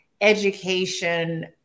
education